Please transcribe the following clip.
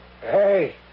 Hey